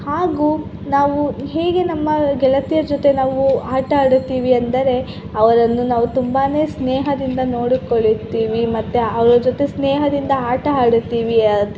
ಹಾಗೂ ನಾವು ಹೇಗೆ ನಮ್ಮ ಗೆಳತಿಯರ ಜೊತೆ ನಾವು ಆಟ ಆಡುತ್ತೀವಿ ಅಂದರೆ ಅವರನ್ನು ನಾವು ತುಂಬಾ ಸ್ನೇಹದಿಂದ ನೋಡಿಕೊಳ್ಳುತ್ತೀವಿ ಮತ್ತು ಅವರ ಜೊತೆ ಸ್ನೇಹದಿಂದ ಆಟ ಆಡುತ್ತೀವಿ ಅದು